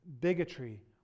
bigotry